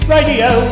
Radio